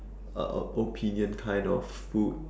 a opinion kind of food